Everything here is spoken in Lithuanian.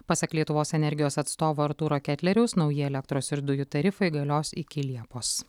pasak lietuvos energijos atstovo artūro ketleriaus nauji elektros ir dujų tarifai galios iki liepos